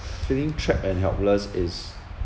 feeling trapped and helpless is